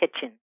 kitchen